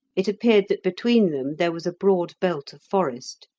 it appeared that between them there was a broad belt of forest.